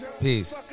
Peace